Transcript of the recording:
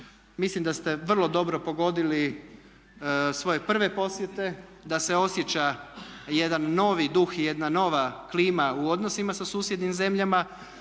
Mislim da ste vrlo dobro pogodili svoje prve posjete, da se osjeća jedan novi duh i jedna nova klima u odnosima sa susjednim zemljama